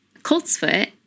Coltsfoot